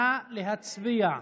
נא להצביע.